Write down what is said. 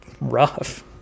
rough